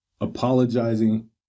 Apologizing